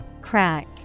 Crack